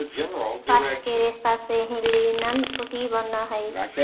bast के रेसा से ही लिनन भी बानऽ हई